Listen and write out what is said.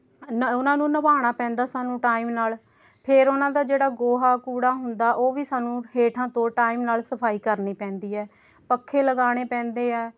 ਨ ਉਨ੍ਹਾਂ ਨੂੰ ਨਵਾਉਣਾ ਪੈਂਦਾ ਸਾਨੂੰ ਟਾਈਮ ਨਾਲ ਫਿਰ ਉਨ੍ਹਾਂ ਦਾ ਜਿਹੜਾ ਗੋਹਾ ਕੂੜਾ ਹੁੰਦਾ ਉਹ ਵੀ ਸਾਨੂੰ ਹੇਠਾਂ ਤੋਂ ਟਾਈਮ ਨਾਲ ਸਫਾਈ ਕਰਨੀ ਪੈਂਦੀ ਹੈ ਪੱਖੇ ਲਗਾਉਣੇ ਪੈਂਦੇ ਹੈ